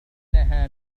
إنها